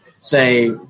say